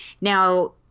Now